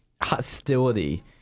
hostility